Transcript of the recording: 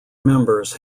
members